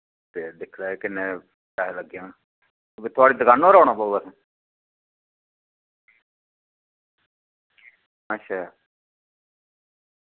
ते दिक्खी लैयो किन्ने पैसे लग्गी जाङन ते थुआढ़ी दुकाना पर औना पौग असें अच्छा